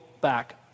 back